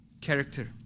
character